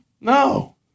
No